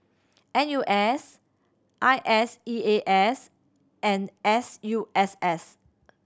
N U S I S E A S and S U S S